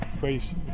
face